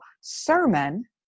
sermon